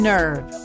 Nerve